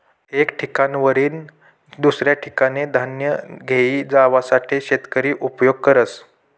एक ठिकाणवरीन दुसऱ्या ठिकाने धान्य घेई जावासाठे शेतकरी उपयोग करस